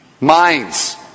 minds